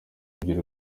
ebyiri